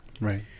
Right